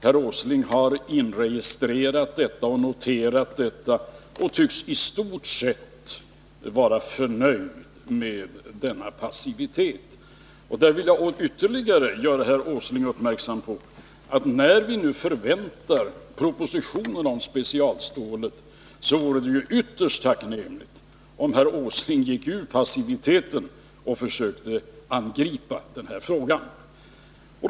Herr Åsling har inregistrerat och noterat detta och tycks i stort sett vara förnöjd med denna passivitet. Jag vill göra herr Åsling uppmärksam på att när vi nu förväntar propositionen om specialstålet, så vore det ytterst tacknämligt om herr Åsling gick ur passiviteten och försökte angripa det här problemet.